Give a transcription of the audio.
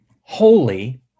holy